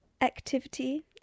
activity